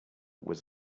was